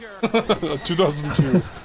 2002